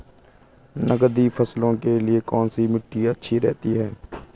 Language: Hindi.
नकदी फसलों के लिए कौन सी मिट्टी अच्छी रहती है?